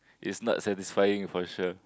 is not satisfying for sure